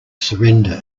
surrender